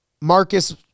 marcus